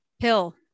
Pill